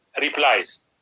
replies